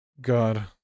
God